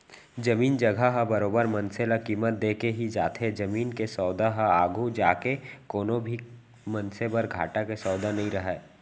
जमीन जघा ह बरोबर मनसे ल कीमत देके ही जाथे जमीन के सौदा ह आघू जाके कोनो भी मनसे बर घाटा के सौदा नइ रहय